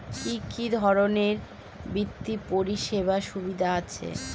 কি কি ধরনের বিত্তীয় পরিষেবার সুবিধা আছে?